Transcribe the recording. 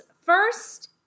first